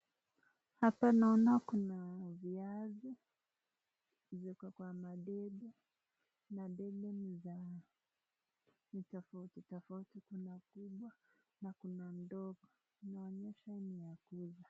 Hapa naona kuna viazi vyenye iko kwa madebe na debe ni za ni tofauti tofauti. Kuna kubwa na kuna ndogo. Inaonyesha ni ya kuuza.